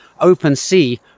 OpenSea